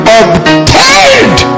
obtained